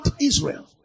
Israel